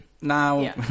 Now